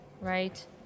Right